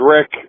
Rick